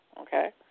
okay